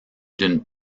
d’une